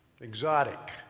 exotic